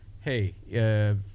hey